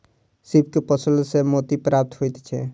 सीप के पोसला सॅ मोती प्राप्त होइत छै